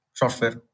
software